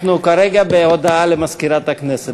אנחנו כרגע בהודעה למזכירת הכנסת.